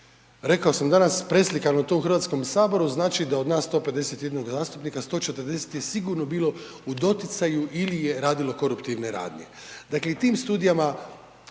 Rekao sam dana preslikamo li to u Hrvatskom saboru znači da od nas 151 zastupnika 140 je sigurno bilo u doticaju ili je radilo koruptivne radnje. Dakle i tim studijama